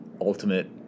ultimate